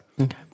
Okay